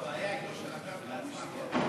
המון פעמים,